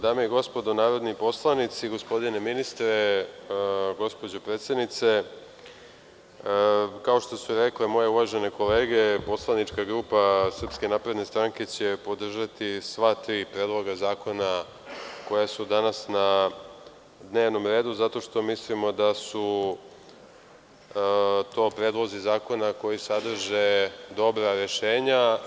Dame i gospodo narodni poslanici, gospodine ministre, gospođo predsednice, kao što su rekle moje uvažene kolege poslanička grupa SNS će podržati sva tri predloga zakona koja su danas na dnevnom redu zato što mislimo da su to predlozi zakona koji sadrže dobra rešenja.